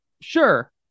sure